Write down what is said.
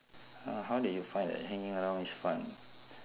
oh how did you find that hanging around is fun